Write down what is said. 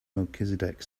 melchizedek